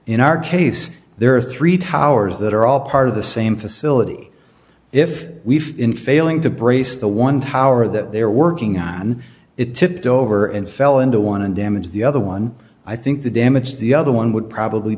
in our case there are three towers that are all part of the same facility if we've been failing to brace the one tower that they're working on it tipped over and fell into one and damage the other one i think the damage the other one would probably